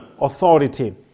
Authority